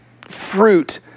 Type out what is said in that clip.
fruit